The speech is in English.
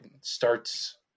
starts